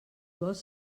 vols